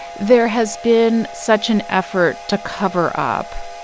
there has been such an effort to cover up.